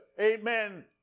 amen